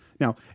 Now